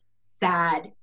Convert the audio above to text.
sad